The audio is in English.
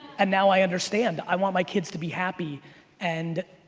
and now i understand, i want my kids to be happy and,